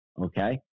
Okay